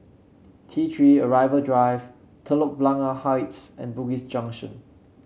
T Three Arrival Drive Telok Blangah Heights and Bugis Junction